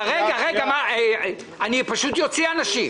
רגע, אני פשוט אוציא אנשים.